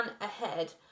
ahead